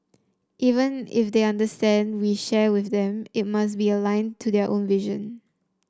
even if they understand we share with them it must be aligned to their own vision